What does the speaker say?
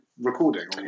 recording